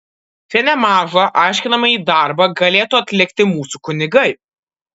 čia nemažą aiškinamąjį darbą galėtų atlikti mūsų kunigai